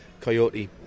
Coyote